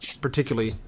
particularly